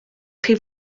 chi